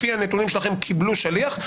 לפי הנתונים שלכם קיבלו שליח,